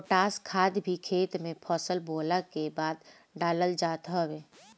potash खाद भी खेत में फसल बोअला के बाद डालल जात हवे